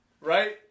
right